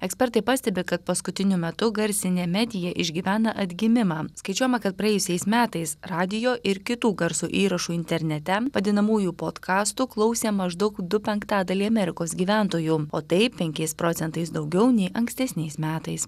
ekspertai pastebi kad paskutiniu metu garsinė medija išgyvena atgimimą skaičiuojama kad praėjusiais metais radijo ir kitų garso įrašų internete vadinamųjų podkastų klausė maždaug du penktadaliai amerikos gyventojų o tai penkiais procentais daugiau nei ankstesniais metais